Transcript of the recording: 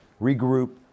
regroup